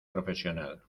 profesional